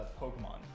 Pokemon